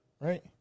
right